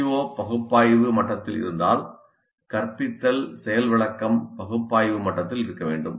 CO 'பகுப்பாய்வு' மட்டத்தில் இருந்தால் கற்பித்தல் செயல் விளக்கம் 'பகுப்பாய்வு' மட்டத்தில் இருக்க வேண்டும்